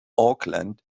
auckland